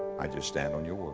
i just stand on your word.